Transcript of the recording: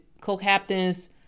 co-captains